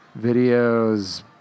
Videos